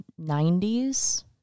90s